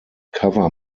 cover